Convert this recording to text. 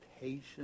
patience